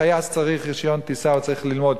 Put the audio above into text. טייס צריך רשיון טיסה או צריך ללמוד,